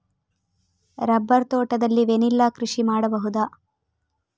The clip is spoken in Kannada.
ರಬ್ಬರ್ ತೋಟದಲ್ಲಿ ವೆನಿಲ್ಲಾ ಕೃಷಿ ಮಾಡಬಹುದಾ?